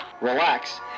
relax